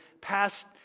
past